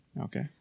Okay